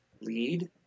lead